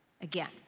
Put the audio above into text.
again